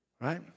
Right